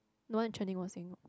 no one in was saying